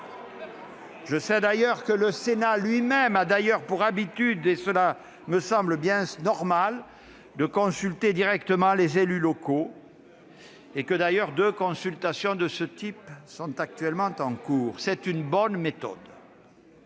Je sais d'ailleurs que le Sénat lui-même a pour habitude, et cela me semble bien normal, de consulter directement les élus locaux, deux consultations de ce type étant en cours. C'est une bonne méthode.